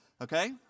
Okay